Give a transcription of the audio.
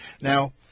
Now